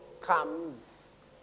comes